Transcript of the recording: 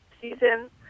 season